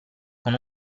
con